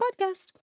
podcast